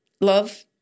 love